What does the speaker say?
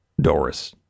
Doris